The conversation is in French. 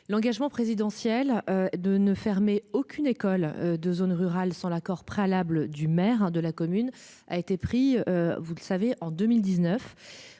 l'engagement présidentiel de ne fermer aucune école de zone rurale sans l'accord préalable du maire de la commune a été pris. Vous le savez en 2019.